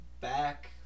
back